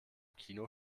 kino